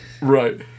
Right